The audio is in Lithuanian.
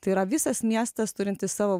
tai yra visas miestas turintis savo